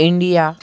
India